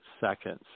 seconds